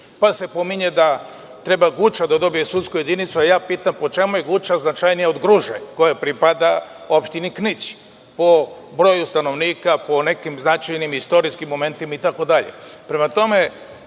Knić. Pominje se da treba Guča da dobije sudsku jedinicu. Pitam, po čemu je Guča značajnija od Gruže koja pripada opštini Knić, po broju stanovnika i po nekim značajnim istorijskim momentima